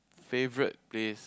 favourite place